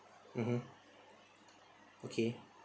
mmhmm okay